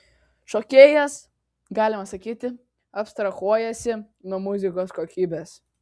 šokėjas galima sakyti abstrahuojasi nuo muzikos kokybės